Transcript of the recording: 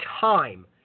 time